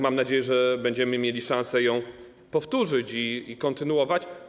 Mam nadzieję, że będziemy mieli szansę ją powtórzyć i kontynuować.